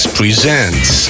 presents